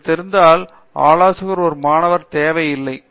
அப்படி தெரிந்தால் ஆலோசகருக்கு ஒரு மாணவர் தேவை இல்லை